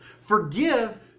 Forgive